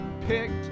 picked